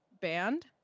band